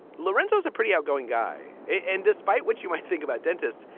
lorenzo is a pretty outgoing guy, and despite what you might think about dentists,